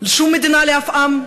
שום מדינה לאף עם?